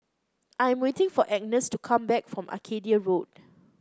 I'm waiting for Agnes to come back from Arcadia Road